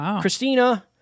Christina